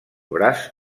braç